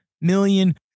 million